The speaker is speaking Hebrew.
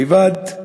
לבד,